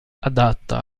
adatta